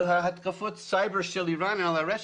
של התקפות הסייבר של איראן על הרשת,